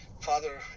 father